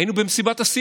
היינו במסיבת הסיום.